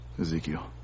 Ezekiel